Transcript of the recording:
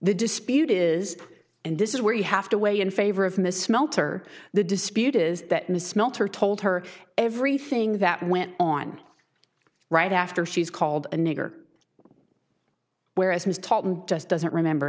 dispute is and this is where you have to weigh in favor of miss smelter the dispute is that miss melter told her everything that went on right after she's called a nigger whereas his top just doesn't remember